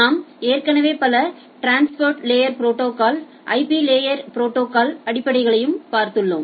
நாம் ஏற்கனவே பல டிரான்ஸ்போர்ட் லேயா் ப்ரோடோகால்ஸ்களையும் ஐபி லேயர் ப்ரோடோகால்ஸ் களின் அடிப்படைகளையும் பார்த்துள்ளோம்